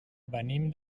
venim